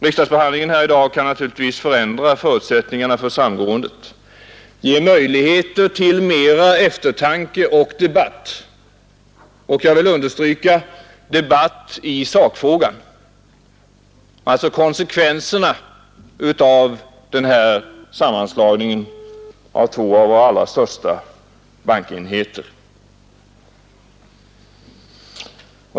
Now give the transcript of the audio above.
Riksdagsbehandlingen här i dag kan naturligtvis ändra förutsättningarna för samgåendet, ge möjligheter till mera eftertanke och debatt — jag vill understryka debatt i sakfrågan — om konsekvenserna av den här sammanslagningen av två av våra allra största bankenheter.